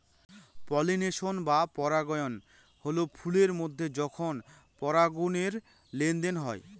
pollination বা পরাগায়ন হল ফুলের মধ্যে যখন পরাগরেনুর লেনদেন হয়